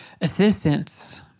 assistance